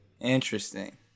Interesting